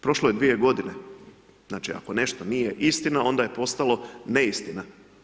Prošlo je dvije godine, znači, ako nešto nije istina, onda je postalo neistina.